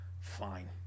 fine